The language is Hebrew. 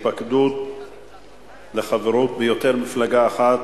התפקדות לחברות ביותר ממפלגה אחת),